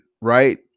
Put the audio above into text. right